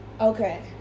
Okay